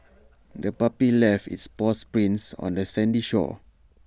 the puppy left its paw prints on the sandy shore